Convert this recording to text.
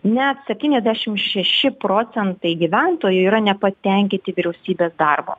net septyniasdešimt šeši procentai gyventojų yra nepatenkinti vyriausybės darbo